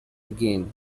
again